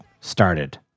started